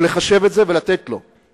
לחשב את זה ולתת לו.